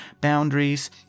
boundaries